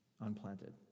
unplanted